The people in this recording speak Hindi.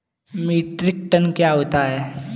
मीट्रिक टन क्या होता है?